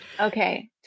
Okay